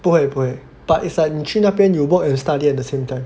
不会不会 but like 你去那边 you work and study at the same time